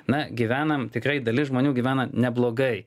na gyvenam tikrai dalis žmonių gyvena neblogai